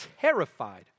terrified